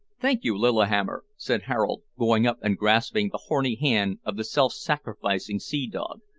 thank you, lillihammer, said harold, going up and grasping the horny hand of the self-sacrificing sea-dog.